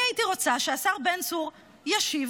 הייתי רוצה שהשר בן צור ישיב,